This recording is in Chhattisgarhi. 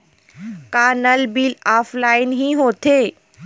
का नल बिल ऑफलाइन हि होथे?